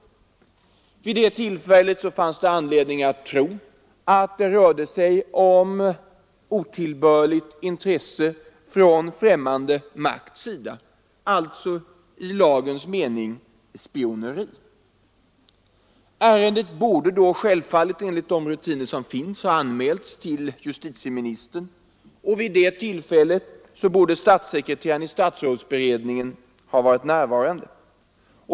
Vid det tillfället hade man anledning att tro att det rörde sig om otillbörligt intresse från främmande makts sida, alltså i lagens mening spioneri. Ärendet borde då självfallet enligt de rutiner som finns ha anmälts till justitieministern, och vid det tillfället borde statssekreteraren i statsrådsberedningen ha varit närvarande.